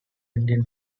indian